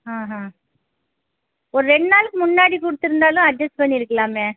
ஆஹா ஒரு ரெண்டு நாளைக்கு முன்னாடி கொடுத்துருந்தாலும் அஜ்ஜஸ் பண்ணிருக்கலாமே